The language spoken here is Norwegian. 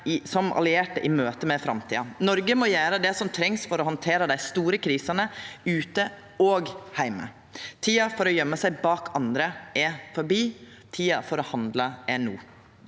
som allierte i møte med framtida. Noreg må gjera det som trengst for å handtera dei store krisene ute og heime. Tida for å gøyma seg bak andre er forbi. Tida for å handla er no.